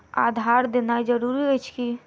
आधार देनाय जरूरी अछि की?